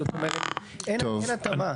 זאת אומרת, אין התאמה.